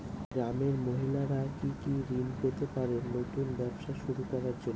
গ্রামের মহিলারা কি কি ঋণ পেতে পারেন নতুন ব্যবসা শুরু করার জন্য?